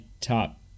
top